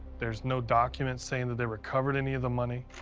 there's no documents saying that they recovered any of the money,